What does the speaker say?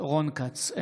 רון כץ,